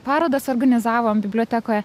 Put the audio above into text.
parodas suorganizavom bibliotekoje